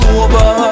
over